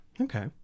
Okay